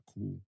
cool